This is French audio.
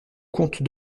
contes